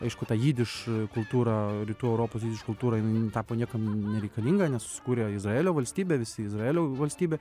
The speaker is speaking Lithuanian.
aišku ta jidiš kultūra rytų europos kultūra tapo niekam nereikalinga nes susikūrė izraelio valstybė visi izraelio valstybė